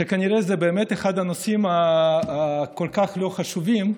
וכנראה שזה באמת אחד הנושאים הכל-כך לא חשובים,